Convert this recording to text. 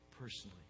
personally